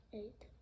eight